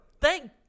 thank